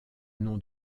nom